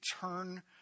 turn